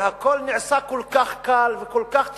והכול נעשה כל כך קל וכל כך טבעי.